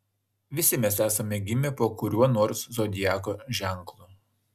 visi mes esame gimę po kuriuo nors zodiako ženklu